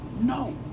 no